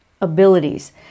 abilities